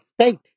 state